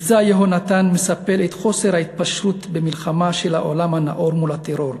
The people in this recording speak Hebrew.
"מבצע יונתן" מספר את חוסר ההתפשרות במלחמה של העולם הנאור מול הטרור.